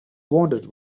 wanted